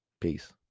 Peace